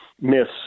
miss